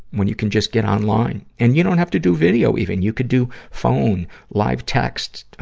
when you can just get online? and you don't have to do video even. you could do phone, live texts, ah,